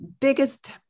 biggest